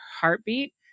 heartbeat